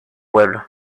pueblo